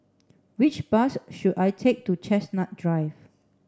which bus should I take to Chestnut Drive